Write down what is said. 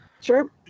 Sure